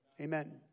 Amen